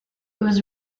was